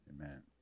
Amen